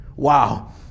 Wow